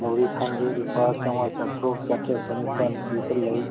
ꯂꯧꯔꯤ ꯊꯥꯡꯁꯨ ꯂꯨꯄꯥ ꯆꯃꯉꯥ ꯆꯇꯔꯨꯛ ꯆꯥꯇ꯭ꯔꯦꯠ ꯆꯅꯤꯄꯥꯜ ꯄꯤꯕ ꯂꯩ